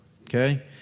Okay